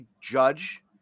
judge